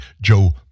Joe